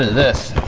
this?